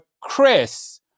Chris